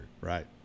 Right